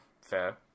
fair